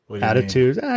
attitudes